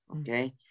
Okay